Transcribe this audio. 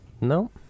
No